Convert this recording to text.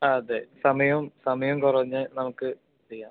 ആ അതെ സമയവും സമയം കുറഞ്ഞ് നമുക്ക് ചെയ്യാം